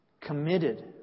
Committed